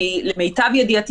למיטב ידיעתי,